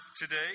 today